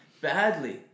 badly